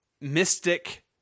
mystic